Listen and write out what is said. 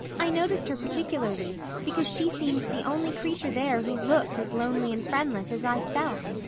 i noticed her particularly because she seemed the only creature there who looked as lonely and friendless as i felt.